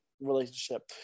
relationship